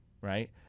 right